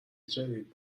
جدید